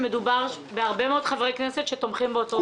שמדובר בהרבה מאוד חברי כנסת שתומכים באותו דבר.